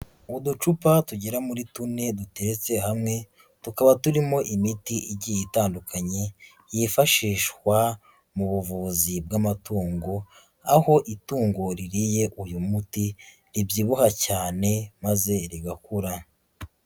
Uducupa tugera muri tune dutetse hamwe, tukaba turimo imiti igiye itandukanye, yifashishwa mu buvuzi bw'amatungo, aho itungo ririye uyu muti ribyibuha cyane maze rigakura.